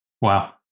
Wow